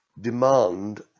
demand